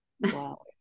wow